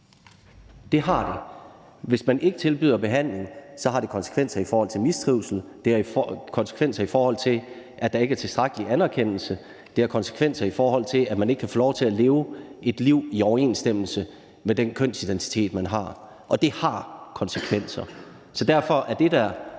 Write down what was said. det har det. Hvis man ikke tilbyder behandling, så har det konsekvenser i forhold til mistrivsel, det har konsekvenser, i forhold til at der ikke er tilstrækkelig anerkendelse, og det har konsekvenser, i forhold til at man ikke kan få lov til at leve et liv i overensstemmelse med den kønsidentitet, man har. Det har konsekvenser. Så derfor vil jeg